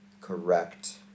Correct